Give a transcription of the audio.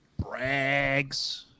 Braggs